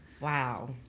wow